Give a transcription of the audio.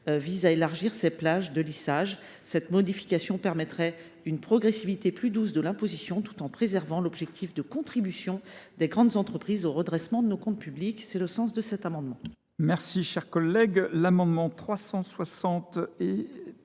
donc à élargir ces plages de lissage. Cette modification permettrait une progressivité plus douce de l’imposition, tout en préservant l’objectif de contribution des grandes entreprises au redressement de nos comptes publics. L’amendement